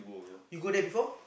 you go there before